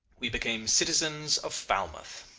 we became citizens of falmouth.